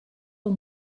pel